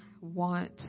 want